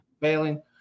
failing